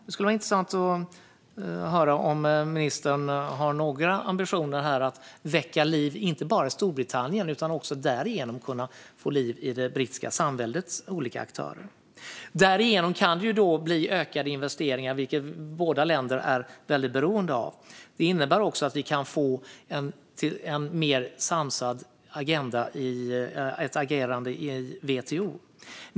Det skulle vara intressant att höra om ministern har några ambitioner att väcka liv inte bara i Storbritannien utan också därigenom få liv i Samväldets olika aktörer. Därigenom kan det då bli ökade investeringar, vilket båda länder är väldigt beroende av. Det innebär också att vi kan få ett mer enat agerande i WTO.